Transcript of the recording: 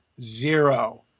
Zero